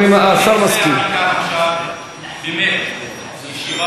אני שואל אותך רק שאלה, אדוני, אם השר מסכים.